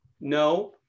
no